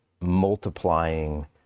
multiplying